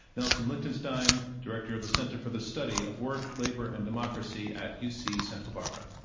nelson lichtenstein, director of the center for the study of work labor and democracy at u. c. santa barbara.